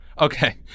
Okay